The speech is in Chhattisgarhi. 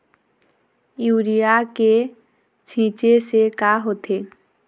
यूरिया के छींचे से का होथे?